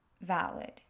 valid